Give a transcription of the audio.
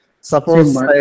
suppose